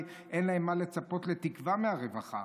אין להם מה לצפות לתקווה מהרווחה.